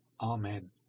Amen